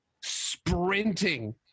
sprinting